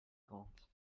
comptes